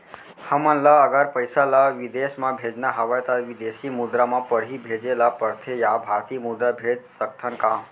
हमन ला अगर पइसा ला विदेश म भेजना हवय त विदेशी मुद्रा म पड़ही भेजे ला पड़थे या भारतीय मुद्रा भेज सकथन का?